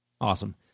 Awesome